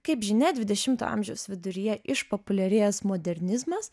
kaip žinia dvidešimo amžiaus viduryje išpopuliarėjęs modernizmas